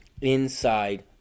inside